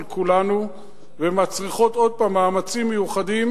כולנו ומצריכות עוד פעם מאמצים מיוחדים,